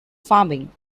farming